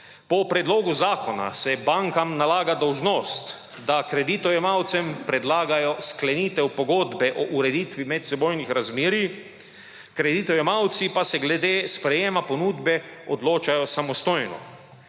Po predlogu zakona se bankam nalaga dolžnost, da kreditojemalcem predlagajo sklenitev pogodbe o ureditvi medsebojnih razmerij, kreditojemalci pa se glede sprejetja ponudbe odločajo samostojno.